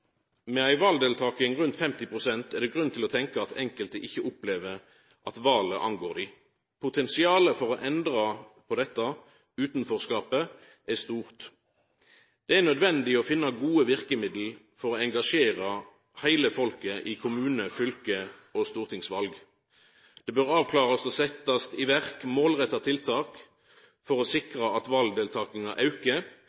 Med ei valdeltaking på rundt 50 pst. er det grunn til å tenkja at enkelte ikkje opplever at valet angår dei. Potensialet for å endra på dette «utanforskapet» er stort. Det er nødvendig å finna gode verkemiddel for å engasjera heile folket i kommune-, fylkestings- og stortingsval. Det bør avklarast og setjast i verk målretta tiltak for å